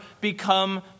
become